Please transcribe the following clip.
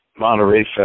Monterey